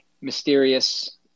mysterious